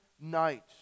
night